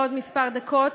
בעוד כמה דקות,